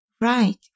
Right